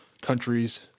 countries